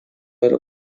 era